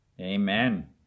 Amen